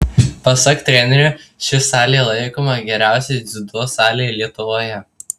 pasak trenerio ši salė laikoma geriausia dziudo sale lietuvoje